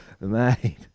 mate